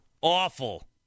Awful